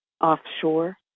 offshore